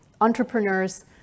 entrepreneurs